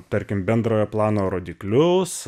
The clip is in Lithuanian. tarkim bendrojo plano rodiklius